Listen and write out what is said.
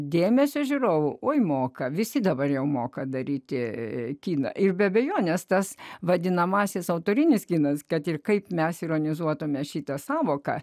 dėmesio žiūrovų o įmoką visi dabar jau moka daryti kiną ir be abejonės tas vadinamąsias autorinis kinas kad ir kaip mes ironizuotumei šitą sąvoką